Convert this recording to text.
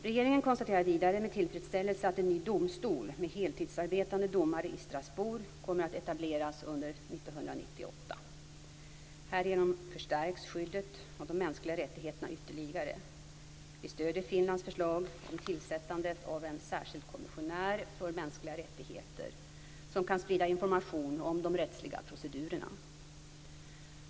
Regeringen konstaterar vidare med tillfredsställelse att en ny domstol med heltidsarbetande domare i Strasbourg kommer att etableras under 1998. Härigenom förstärks skyddet av de mänskliga rättigheterna ytterligare. Vi stöder Finlands förslag om tillsättandet av en särskild kommissionär för mänskliga rättigheter som kan sprida information om de rättsliga procedurerna.